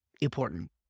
important